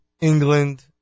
England